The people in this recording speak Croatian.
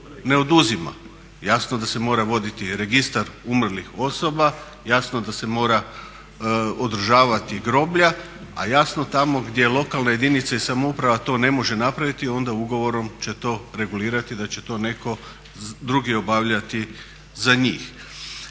ne oduzima. Jasno da se mora voditi Registar umrlih osoba, jasno da se mora održavati groblja, a jasno tamo gdje lokalne jedinice i samouprava to ne može napraviti onda ugovorom će to regulirati da će to netko drugi obavljati za njih.